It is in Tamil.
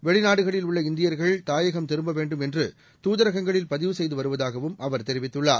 வெளிநாடுகளில் உள்ள இந்தியர்கள் தாயகம் திரும்பவேண்டும் என்றுதூதரகங்களில் பதிவு செய்துவருவதாகவும் அவர் தெரிவித்துள்ளார்